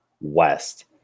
West